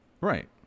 Right